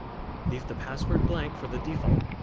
leave the password blank for the default